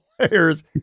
players